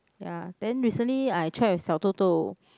ya then recently I check with Xiao-Dou-Dou